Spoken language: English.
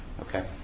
Okay